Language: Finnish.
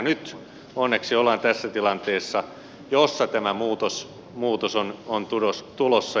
nyt onneksi ollaan tässä tilanteessa jossa tämä muutos on tulossa